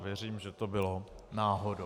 Věřím, že to bylo náhodou.